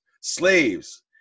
Slaves